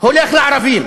הולך לערבים.